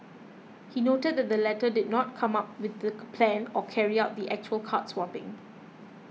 he noted that the latter two did not come up with the plan or carry out the actual card swapping